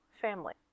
family